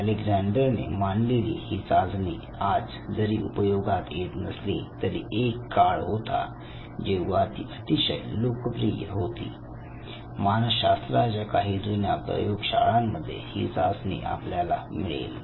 अलेक्झांडरने मांडलेली ही चाचणी आज आज जरी उपयोगात येत नसली तरी एक काळ होता जेव्हा ती अतिशय लोकप्रिय होती मानसशास्त्राच्या काही जुन्या प्रयोगशाळांमध्ये ही चाचणी आपल्याला मिळेल